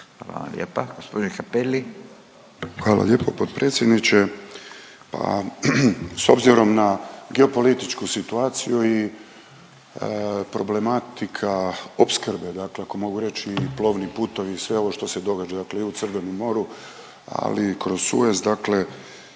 **Cappelli, Gari (HDZ)** Hvala lijepo potpredsjedniče. Pa s obzirom na geopolitičku situaciju i problematika opskrbe i ako mogu reći plovnim putovi i sve ovo što se događa dakle i u Crvenom moru, ali i kroz Suez dakle